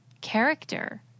character